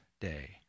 day